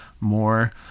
more